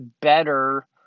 better